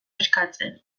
eskatzen